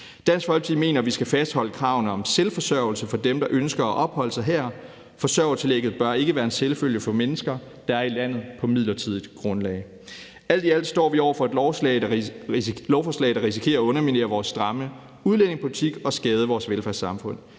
Dansk Folkeparti mener, at vi skal fastholde kravene om selvforsørgelse til dem, som ønsker at opholde sig her. Forsørgertillægget bør ikke være en selvfølge for mennesker, der er i landet på midlertidigt grundlag. Alt i alt står vi over for et lovforslag, der risikerer at underminere vores stramme udlændingepolitik og skade vores velfærdssamfund.